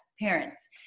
parents